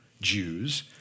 Jews